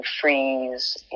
freeze